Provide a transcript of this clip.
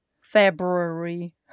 February